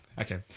Okay